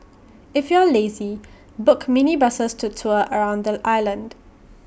if you are lazy book minibuses to tour around the island